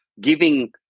giving